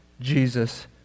Jesus